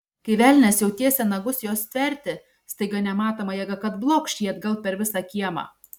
kai velnias jau tiesė nagus jos stverti staiga nematoma jėga kad blokš jį atgal per visą kiemą